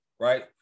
right